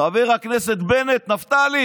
חבר הכנסת בנט, נפתלי.